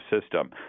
system